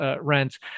rents